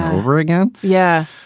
over again. yeah,